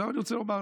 אני רוצה לומר לך,